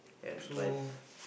and drive